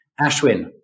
Ashwin